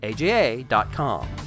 AJA.com